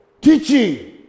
teaching